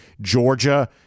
Georgia